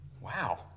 Wow